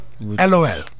LOL